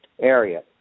area